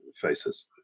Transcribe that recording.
faces